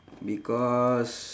because